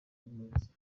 yamuritse